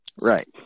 Right